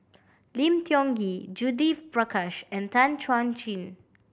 Lim Tiong Ghee Judith Prakash and Tan Chuan Jin